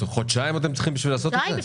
חודשיים אתם צריכים בשביל לעשות את זה?